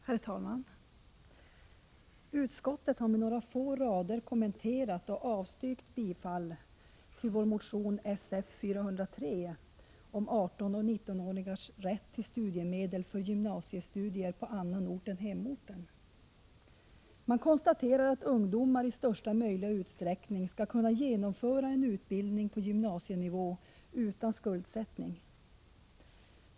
Herr talman! Utskottet har på några få rader kommenterat och avstyrkt bifall till motion Sf403 om 18-19-åringars rätt till studiemedel för gymnasiestudier på annan ort än hemorten. Utskottet konstaterar att ungdomar i största möjliga utsträckning skall kunna genomföra en utbildning på gymnasienivå utan skuldsättning.